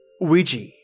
Ouija